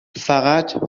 فقط